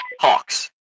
Hawks